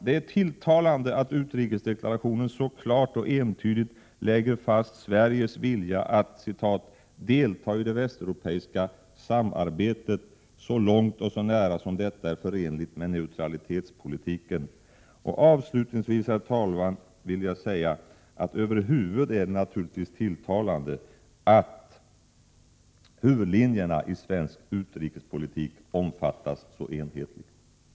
Det är tilltalande att utrikesdeklarationen så klart och entydigt som den gör lägger fast Sveriges vilja att ”delta i det västeuropeiska samarbetet så långt och så nära som detta är förenligt med neutralitetspolitiken”. Avslutningsvis, herr talman, vill jag säga att det över huvud taget är tilltalande att huvudlinjerna i svensk utrikespolitik har en så enhällig omfattning som de har.